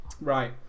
Right